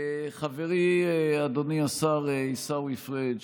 חברי אדוני השר עיסאווי פריג',